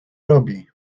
robi